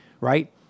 right